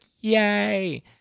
yay